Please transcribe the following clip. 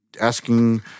Asking